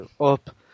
Up